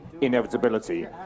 inevitability